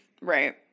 Right